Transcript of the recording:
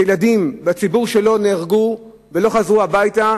שילדים שלו נהרגו ולא חזרו הביתה,